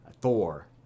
Thor